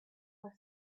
was